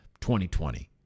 2020